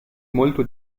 molto